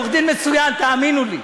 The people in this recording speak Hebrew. עורך-דין מצוין, תאמינו לי.